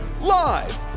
Live